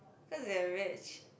cause they're rich